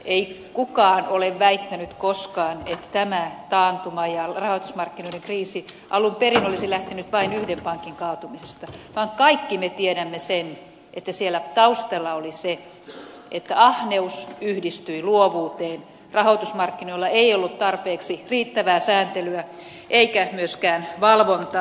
ei kukaan ole väittänyt koskaan että tämä taantuma ja rahoitusmarkkinoiden kriisi alun perin olisi lähtenyt vain yhden pankin kaatumisesta vaan kaikki me tiedämme sen että siellä taustalla oli se että ahneus yhdistyi luovuuteen rahoitusmarkkinoilla ei ollut tarpeeksi riittävää sääntelyä eikä myöskään valvontaa